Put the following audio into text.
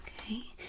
Okay